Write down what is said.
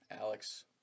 Alex